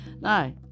no